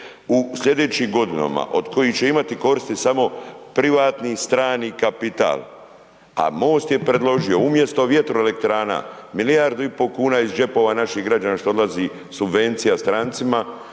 u sljedećim godinama od kojih će imati koristi samo privatni, strani kapital. A MOST je predložio umjesto vjetroelektrana milijardu i pol kuna iz džepova naših građana što odlazi subvencija strancima